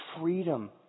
Freedom